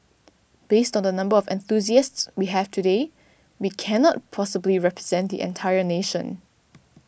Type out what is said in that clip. based on the number of enthusiasts we have today we cannot possibly represent the entire nation